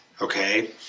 Okay